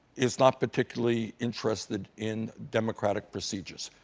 is not particularly interested in democratic procedures,